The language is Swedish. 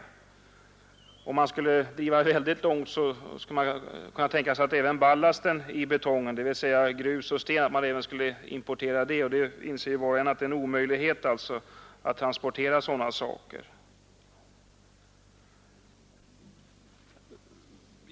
Ville man driva resonemanget väldigt långt, kunde man hävda att även ballasten i betongen, dvs. grus och sten, skulle importeras. Var och en inser att det vore omöjligt att transportera sådant material.